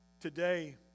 Today